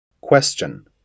Question